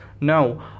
no